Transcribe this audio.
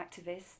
activists